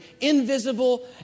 invisible